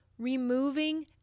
removing